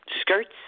skirts